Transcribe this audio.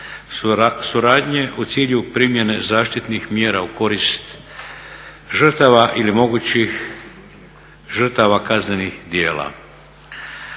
suradnje u cilju primjene zaštitnih mjera u korist žrtava ili mogućih žrtava kaznenih djela.